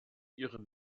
ihren